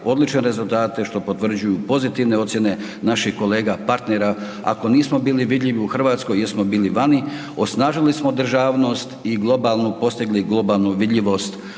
odlične rezultate što potvrđuju pozitivne ocijene naših kolega partnera, ako nismo bili vidljivi u RH, jesmo bili vani, osnažili smo državnost i globalnu, postigli globalnu vidljivost